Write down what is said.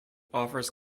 offers